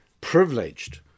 privileged